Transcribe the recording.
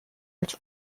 als